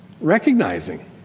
recognizing